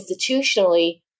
institutionally